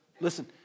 Listen